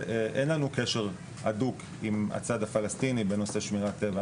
ואין לנו קשר הדוק עם הצד הפלסטיני בנושא שמירת טבע,